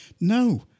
No